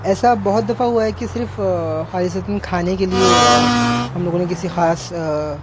ایسا بہت دفعہ ہوا ہے کہ صرف خالصتاً کھانے کے لیے ہم لوگوں نے کسی خاص